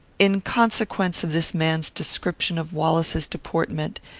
in consequence of this man's description of wallace's deportment,